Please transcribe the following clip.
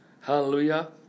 Hallelujah